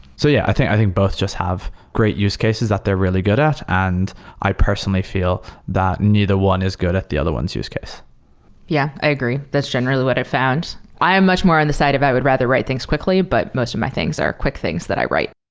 so yeah, i think i think both just have great use cases that they're really good at, and i personally feel that neither one is good at the other ones use case yeah, i agree. that's generally what it found. i am much more on in the side of i would rather write things quickly, but most of my things are quick things that i write